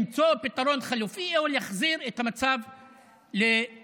למצוא פתרון חלופי או להחזיר את המצב לקדמותו.